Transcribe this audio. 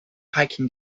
hiking